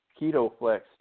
ketoflex